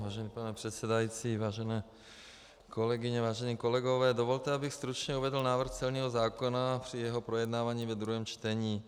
Vážený pane předsedající, vážené kolegyně, vážení kolegové, dovolte, abych stručně uvedl návrh celního zákona při jeho projednávání ve druhém čtení.